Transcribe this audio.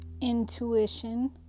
intuition